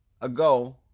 ago